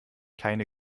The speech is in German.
keine